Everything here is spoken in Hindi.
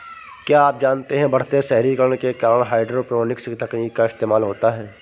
क्या आप जानते है बढ़ते शहरीकरण के कारण हाइड्रोपोनिक्स तकनीक का इस्तेमाल होता है?